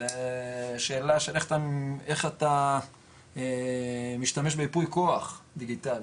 זה שאלה של איך אתה משתמש בייפוי כוח דיגיטלי,